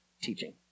teaching